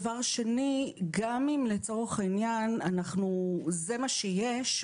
דבר שני: גם אם לצורך העניין זה מה שיש,